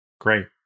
Great